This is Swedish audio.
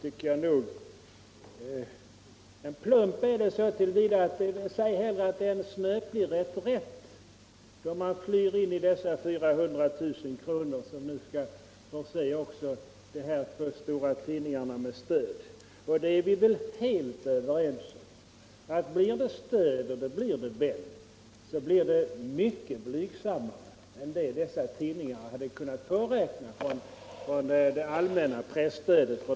Men säg hellre att det är en snöplig reträtt då man flyr in i dessa 400 000 kr., som skall förse också de här två stora tidningarna med stöd. Vi är helt överens om att ett stöd enligt detta förslag blir mycket blygsammare än det dessa tidningar skulle ha kunnat påräkna från det allmänna presstödet.